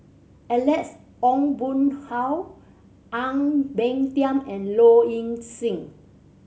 Alex Ong Boon Hau Ang Peng Tiam and Low Ing Sing